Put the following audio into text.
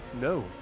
no